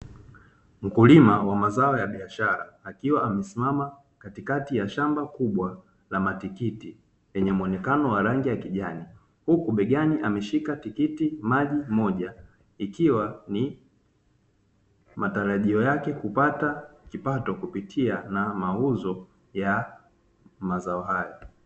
Mkulima wa mazao ya biashara akiwa amesimama katikati ya shamba kubwa la matikiti lenye muonekano wa rangi ya kijani; huku begani ameshika tikitimaji moja, ikiwa ni matarajio yake kupata kipato kupitia na mauzo ya mazao hayo.